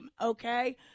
okay